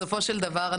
בסופו של דבר,